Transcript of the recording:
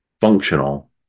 functional